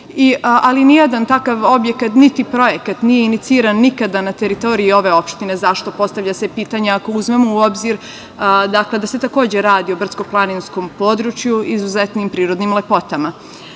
ali nijedan takav objekat, niti projekat nije iniciran nikada na teritoriji ove opštine. Postavlja se pitanje zašto, ako uzmemo u obzir da se takođe radi o brdsko-planinskom području sa izuzetnim prirodnim lepotama? Obzirom